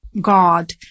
God